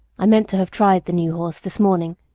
i meant to have tried the new horse this morning,